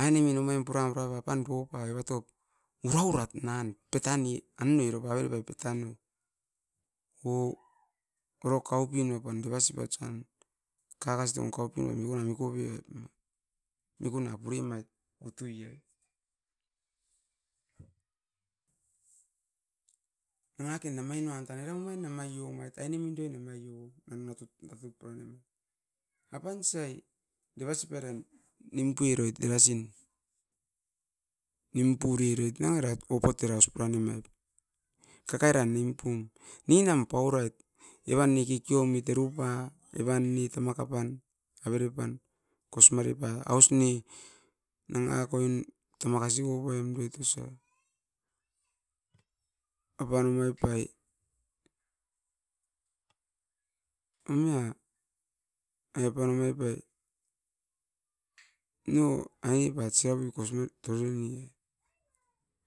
ainemin omain puran uruan apan dopai evatop uraurat nan tatane anume avere petanu oh oro kaupinuapan devasipat suan tan kakasit ukapumet mikuna mikope mikuna puremait utui ai, nangaken namainuan tan eram uruan namiomdoit ainemi uruan namioum anu natut puranem apan siai devasipairan nimpoieroit era sin nimpureroit na nanga pokatuat aus puranimaip kakairan nimpum ninam paurait evan ne kekeomit erupat evan ne tamakapan averepan kosimarepa aus ne nanga koin tamakasi uaim doit osia apan omaip pai omia ai apan omoip pai no aine pat siapuin kosi mare torioi